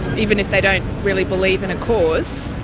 even if they don't really believe in a cause,